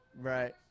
Right